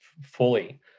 fully